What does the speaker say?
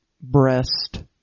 breast